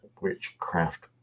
Witchcraft